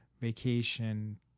vacation